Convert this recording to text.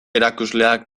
erakusleak